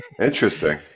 Interesting